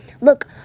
look